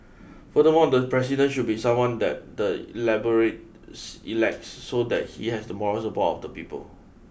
furthermore the President should be someone that the elaborates elects so that he has the moral support of the people